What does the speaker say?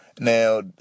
now